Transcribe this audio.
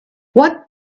what